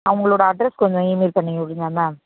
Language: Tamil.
ஆ உங்களோட அட்ரஸ் கொஞ்சம் இமெயில் பண்ணிவிட்றீங்களா மேம்